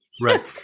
Right